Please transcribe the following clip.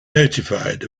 notified